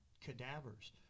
cadavers